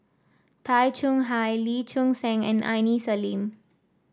Tay Chong Hai Lee Choon Seng and Aini Salim